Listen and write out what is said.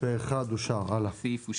הצבעה אושר.